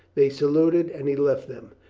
they saluted and he left them.